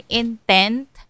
intent